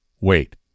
Wait